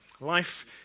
Life